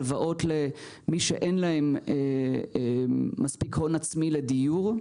הלוואות למי שאין להם מספיק הון עצמי לדיור,